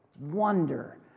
wonder